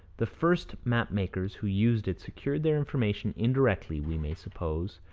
the first map-makers who used it secured their information indirectly, we may suppose,